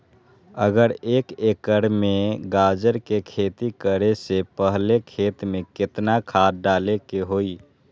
अगर एक एकर में गाजर के खेती करे से पहले खेत में केतना खाद्य डाले के होई?